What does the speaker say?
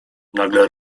nagle